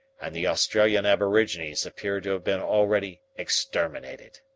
and the australian aborigines appear to have been already exterminated.